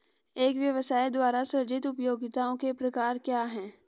एक व्यवसाय द्वारा सृजित उपयोगिताओं के प्रकार क्या हैं?